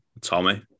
Tommy